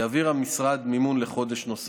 יעביר המשרד מימון לחודש נוסף.